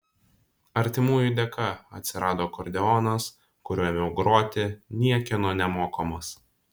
artimųjų dėka atsirado akordeonas kuriuo ėmiau groti niekieno nemokomas